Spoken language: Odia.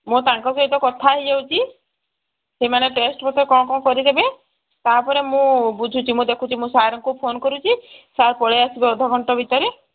ମୁଁ ତାଙ୍କ ସହିତ କଥା ହେଇଯାଉଛି ସେମାନେ ଟେଷ୍ଟ ପତ୍ର କ'ଣ କ'ଣ କରିଦେବେ ତାପରେ ମୁଁ ବୁଝୁଛି ମୁଁ ଦେଖୁଛି ମୁଁ ସାର୍ଙ୍କୁ ଫୋନ୍ କରୁଛି ସାର୍ ପଳେଇଆସିବେ ଅଧଘଣ୍ଟା ଭିତରେ